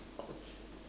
!ouch!